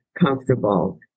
comfortable